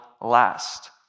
last